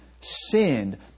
sinned